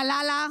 // לה לה לה,